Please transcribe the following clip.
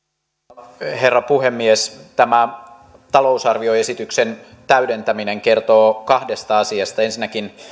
arvoisa herra puhemies tämä talousarvioesityksen täydentäminen kertoo kahdesta asiasta ensinnäkin